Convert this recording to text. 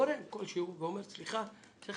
ואומר סליחה, צריך